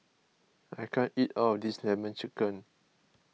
I can't eat all of this Lemon Chicken